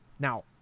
Now